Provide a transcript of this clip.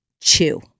Chew